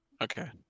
Okay